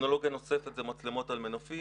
טכנולוגיה נוספת זה מצלמות על מנופים.